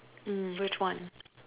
mm which one